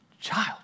child